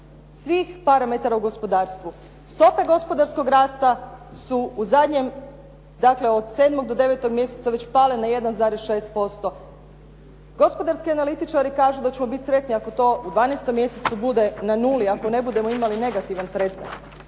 svih parametara u gospodarstvu. Stope gospodarskog rasta su u zadnjem, dakle od 7. do 9. mjeseca već pale na 1,6%. Gospodarski analitičari kažu da ćemo biti sretni ako to u 12. mjesecu bude na nuli, ako ne budemo imali negativan predznak.